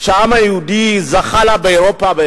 שהעם היהודי זכה לה באירופה,